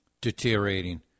deteriorating